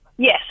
Yes